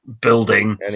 building